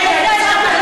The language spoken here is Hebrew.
אתה לא דואג להם,